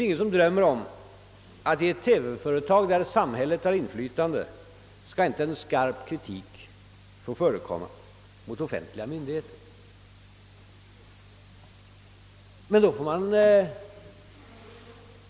Ingen drömmer om att stark kritik mot offentliga myndigheter inte skall få förekomma i ett TV-företag, där samhället har inflytande.